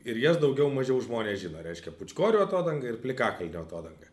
ir jas daugiau mažiau žmonės žino reiškia pūčkorių atodanga ir plikakalnio atodanga